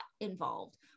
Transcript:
involved